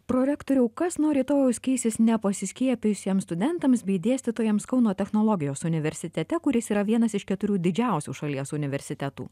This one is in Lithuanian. prorektoriau kas nuo rytojaus keisis nepasiskiepijusiems studentams bei dėstytojams kauno technologijos universitete kuris yra vienas iš keturių didžiausių šalies universitetų